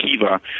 Kiva